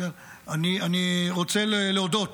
אני רוצה להודות